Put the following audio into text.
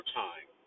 time